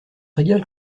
régale